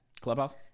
Clubhouse